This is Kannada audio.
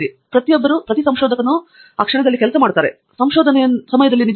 ಆಂಡ್ರ್ಯೂ ಥಂಗರಾಜ್ ಪ್ರತಿಯೊಬ್ಬರೂ ಪ್ರತಿ ಸಂಶೋಧಕನೂ ಆ ಕ್ಷಣದಲ್ಲಿ ಕೆಲಸ ಮಾಡುತ್ತಾನೆ ಇದು ಸ್ವಲ್ಪ ಸಮಯದ ಸ್ವಲ್ಪವೇ ಆಗಿದೆ